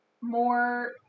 more